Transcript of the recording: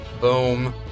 Boom